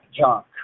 junk